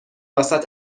واست